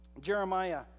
Jeremiah